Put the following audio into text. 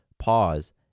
Pause